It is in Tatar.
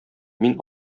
мин